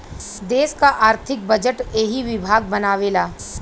देस क आर्थिक बजट एही विभाग बनावेला